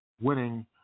winning